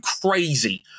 crazy